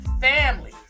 family